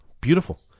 beautiful